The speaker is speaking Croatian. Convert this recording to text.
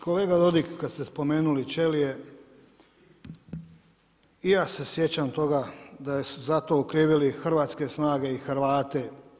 Kolega Dodig, kad ste spomenuli čelije i ja se sjećam toga da su za to okrivili hrvatske snage i Hrvate.